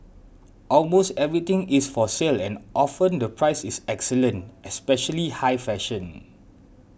almost everything is for sale and often the price is excellent especially high fashion